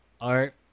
art